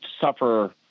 suffer